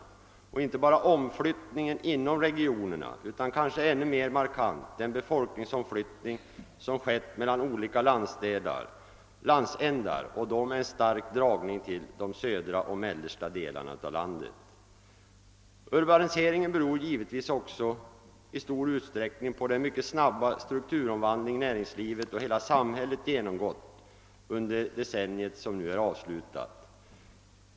Det har inte bara varit fråga om en omflyttning inom regionerna, utan ännu mer markant är måhända den befolkningsomflyttning som skett mellan olika landsändar och då med en stark dragning till de södra och mellersta delarna av landet. Urbaniseringen beror givetvis också i stor utsträckning på den mycket snabba strukturomvandling som näringslivet och hela samhället genomgått under det decennium som nyss nått sitt slut.